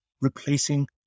replacing